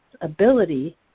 ability